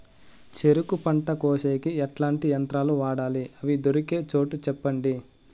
చెరుకు పంట కోసేకి ఎట్లాంటి యంత్రాలు వాడాలి? అవి దొరికే చోటు చెప్పండి?